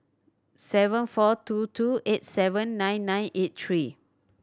seven four two two eight seven nine nine eight three